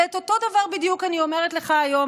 ואת אותו הדבר בדיוק אני אומרת לך היום,